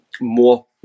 more